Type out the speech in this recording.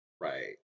Right